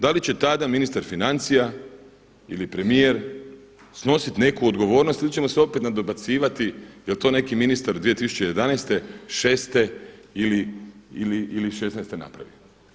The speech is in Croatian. Da li će tada ministar financija ili premijer snositi neku odgovornost ili ćemo se opet nadobacivati jel' to neki ministar 2011., 6. ili 16. napravio?